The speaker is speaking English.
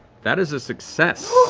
that is a success.